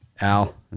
Al